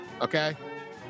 Okay